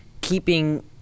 keeping